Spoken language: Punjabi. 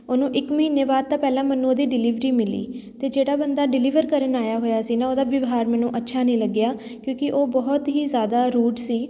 ਉਹਨੂੰ ਇੱਕ ਮਹੀਨੇ ਬਾਅਦ ਤਾਂ ਪਹਿਲਾਂ ਮੈਨੂੰ ਉਹਦੀ ਡਿਲੀਵਰੀ ਮਿਲੀ ਅਤੇ ਜਿਹੜਾ ਬੰਦਾ ਡਿਲੀਵਰ ਕਰਨ ਆਇਆ ਹੋਇਆ ਸੀ ਨਾ ਉਹਦਾ ਵਿਵਹਾਰ ਮੈਨੂੰ ਅੱਛਾ ਨਹੀਂ ਲੱਗਿਆ ਕਿਉਂਕਿ ਉਹ ਬਹੁਤ ਹੀ ਜ਼ਿਆਦਾ ਰੂਡ ਸੀ